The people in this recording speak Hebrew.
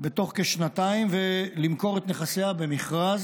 בתוך כשנתיים ולמכור את נכסיה במכרז